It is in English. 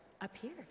appeared